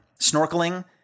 snorkeling